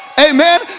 amen